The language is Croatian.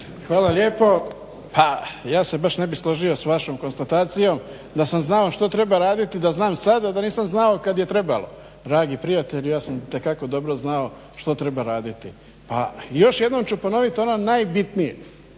Hvala lijepa. Pa ja se baš ne bih složio s vašom konstatacijom da sam znao što treba raditi, da znam sad, a da nisam znao kad je trebalo. Dragi prijatelju, ja sam itekako dobro znao što treba raditi. Još jednom ću ponoviti ono najbitnije,